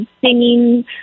singing